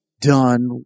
done